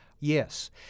Yes